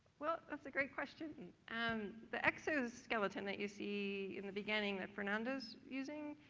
well, that's a great question. and the exoskeleton that you see in the beginning that fernando's using,